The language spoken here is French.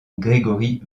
gregory